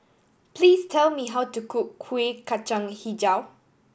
please tell me how to cook Kuih Kacang Hijau